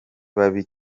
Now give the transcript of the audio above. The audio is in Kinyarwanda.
babi